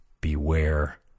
Beware